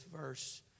verse